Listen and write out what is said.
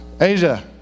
Asia